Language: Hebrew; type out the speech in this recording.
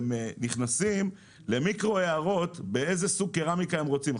הם נכנסים למיקרו הערות כמו איזה סוג קרמיקה הם רוצים שיהיה בריצפה.